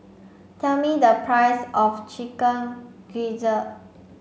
tell me the price of chicken gizzard